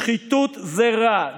שחיתות זה רע,